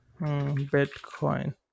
Bitcoin